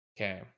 Okay